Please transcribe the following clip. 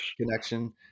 connection